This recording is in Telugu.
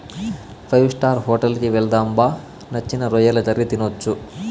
ఫైవ్ స్టార్ హోటల్ కి వెళ్దాం బా నచ్చిన రొయ్యల కర్రీ తినొచ్చు